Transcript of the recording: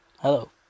Hello